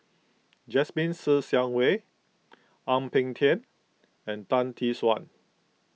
Jasmine Ser Xiang Wei Ang Peng Tiam and Tan Tee Suan